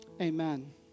Amen